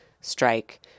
strike